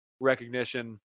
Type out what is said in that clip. Recognition